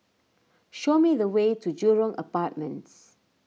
show me the way to Jurong Apartments